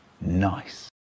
Nice